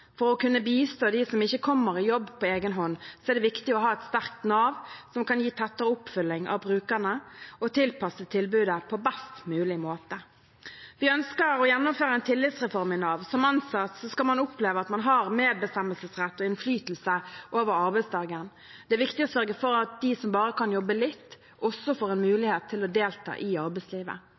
For å kunne bistå dem som ikke kommer i jobb på egenhånd, er det viktig å ha et sterkt Nav som kan gi tettere oppfølging av brukerne og tilpasse tilbudet på best mulig måte. Vi ønsker å gjennomføre en tillitsreform i Nav. Som ansatt skal man oppleve at man har medbestemmelse og innflytelse over arbeidsdagen. Det er viktig å sørge for at de som bare kan jobbe litt, også får en mulighet til å delta i arbeidslivet.